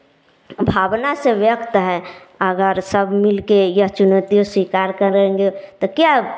भावना से व्यक्ति है अगर सब मिल कर यह चुनौतियाँ स्वीकार करेंगे तो क्या